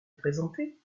présenté